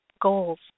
goals